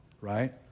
right